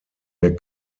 der